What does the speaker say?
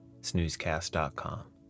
snoozecast.com